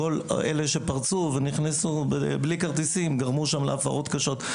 שפרצו ונכנסו בלי כרטיסים וגרמו שם להפרות קשות.